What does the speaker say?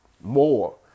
More